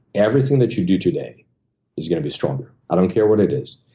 everything that you do today is gonna be stronger. i don't care what it is.